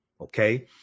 okay